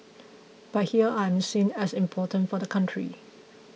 but here I am seen as important for the country